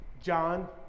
John